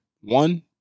One